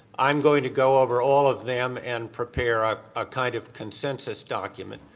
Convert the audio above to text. i'm going to go over all of them and prepare ah a kind of consensus document.